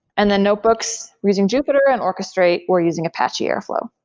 and the notebooks, using jupyter. and orchestrate, we're using apache airflow